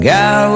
God